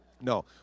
No